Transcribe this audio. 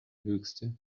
höchste